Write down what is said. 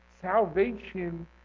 Salvation